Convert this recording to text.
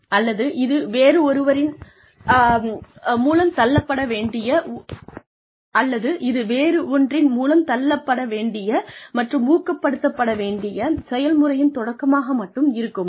அல்லது இது வேறொன்றின் மூலம் தள்ளப்பட வேண்டிய மற்றும் ஊக்கப்படுத்த வேண்டிய செயல்முறையின் தொடக்கமாக மட்டுமே இருக்குமா